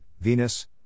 Venus